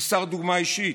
חסר דוגמה אישית,